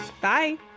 bye